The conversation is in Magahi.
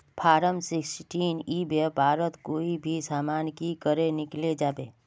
फारम सिक्सटीन ई व्यापारोत कोई भी सामान की करे किनले जाबे?